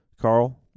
carl